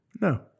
No